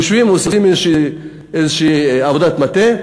יושבים, עושים איזושהי עבודת מטה,